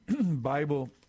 Bible